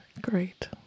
Great